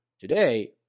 today